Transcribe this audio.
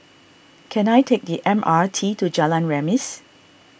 can I take the M R T to Jalan Remis